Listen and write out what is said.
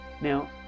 Now